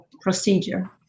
procedure